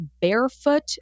barefoot